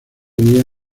día